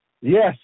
Yes